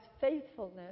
faithfulness